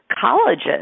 colleges